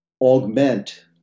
augment